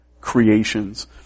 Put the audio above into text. creations